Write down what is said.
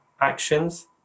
actions